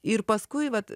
ir paskui vat